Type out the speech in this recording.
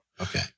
Okay